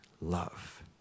love